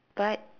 but